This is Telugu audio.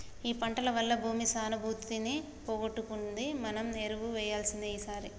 ఈ పంటల వల్ల భూమి సానుభూతిని పోగొట్టుకుంది మనం ఎరువు వేయాల్సిందే ఈసారి